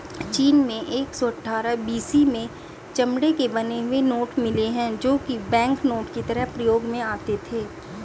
चीन में एक सौ अठ्ठारह बी.सी में चमड़े के बने हुए नोट मिले है जो की बैंकनोट की तरह प्रयोग में आते थे